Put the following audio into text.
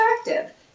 attractive